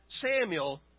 Samuel